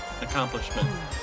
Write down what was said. accomplishment